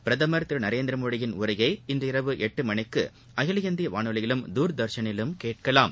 பிரதமர் திரு நரேந்திர மோடியின் உரையை இன்றிரவு எட்டு மணிக்கு அகில இந்திய வானொலியிலும் தூர்தர்ஷனிலும் கேட்கலாம்